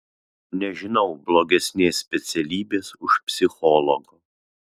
nežinau blogesnės specialybės už psichologo